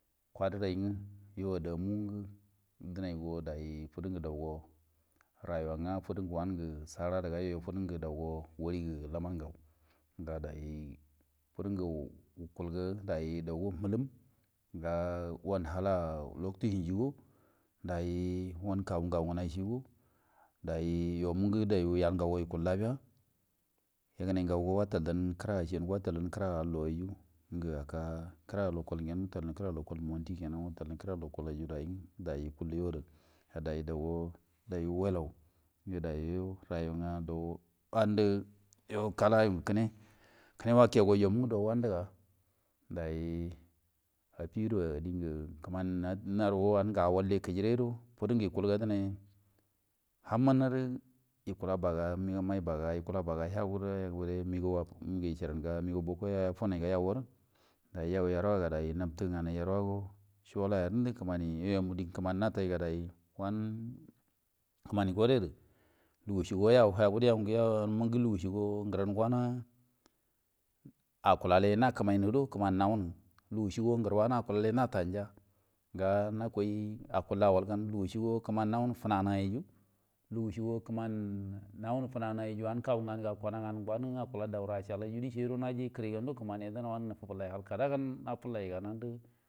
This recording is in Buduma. Kwadirai nge yo adeamun nge denai munge go wan ragumun nge fudinge wan sara din nge fudinge wan yu yu dou go muhilum dai won kawu ngamu nganai cigo dai wonge dauro yal ngawai kettea geka kira wutal nge kira lokol wutal nge kira allo ye wutalge kira lokol yen dai, ai doun wallau daijo dai wandi kala yu nge kira, kine wakeguyo dai afigudag dai awalle kijirai gudo ham miniri wukula baga, baga hauri ge echaranga boko mego boko yifinai yau gen dai yau yenoa, yau yerwa goro dai noftin nge yerwa godo sowwal la guda kimani dai yo yonge kimani natiggade n kimani goedi wo yau hagudu yau lugu cigo ngaran nafti go haini ngi kimani nan gode di gur wani acul le yanan ja nga nakwoi wani aculka kimani acullan natanja hiu acula awan gen nawuni finanai lugu cigo kimani wuni funanai kawu ngadan wani acula dai kiru hal kadan ge yifullai ngaan.